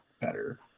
better